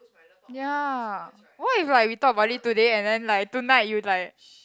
ya what if like we talk about it today and then like tonight you like